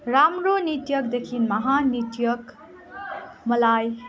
राम्रो नृतकदेखि महान नृतक मलाई